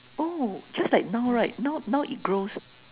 oh just like now right now now it grows